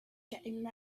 getting